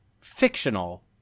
fictional